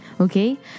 Okay